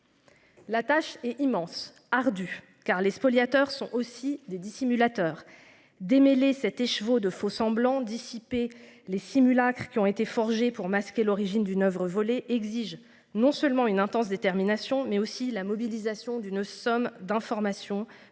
La tâche est immense ardue car les spoliateurs sont aussi des dissimulateurs démêler cet écheveau de semblants dissiper les simulacres qui ont été forgé pour masquer l'origine d'une oeuvre volée exige non seulement une intense détermination mais aussi la mobilisation d'une somme d'informations